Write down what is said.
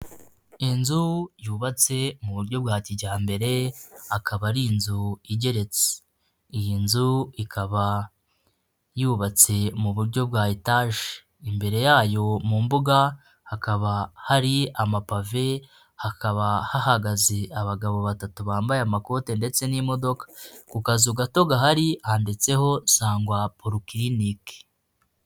Inzu yubatse mu buryo bwa kijyambere akaba ari inzu igeretse. Iyi nzu ikaba yubatse mu buryo bwa etaje, imbere yayo mu mbuga hakaba hari amapave, hakaba hahagaze abagabo batatu bambaye amakoti ndetse n'imodoka. Ku kazu gato gahari handitseho sangwa polukiriniki.